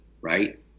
right